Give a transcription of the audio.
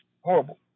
horrible